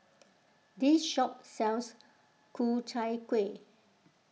this shop sells Ku Chai Kuih